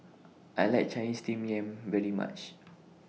I like Chinese Steamed Yam very much